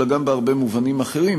אלא גם בהרבה מובנים אחרים.